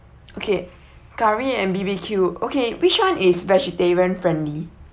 okay curry and B_B_Q okay which one is vegetarian friendly